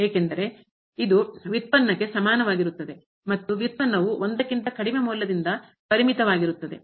ಏಕೆಂದರೆ ಇದು ವ್ಯುತ್ಪನ್ನಕ್ಕೆ ಸಮಾನವಾಗಿರುತ್ತದೆ ಮತ್ತು ವ್ಯುತ್ಪನ್ನವು ಕ್ಕಿಂತ ಕಡಿಮೆ ಮೌಲ್ಯದಿಂದ ಪರಿಮಿತವಾಗಿರುತ್ತದೆ